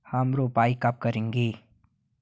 हम रोपाई कब करेंगे?